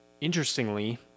interestingly